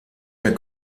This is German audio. der